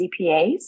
CPAs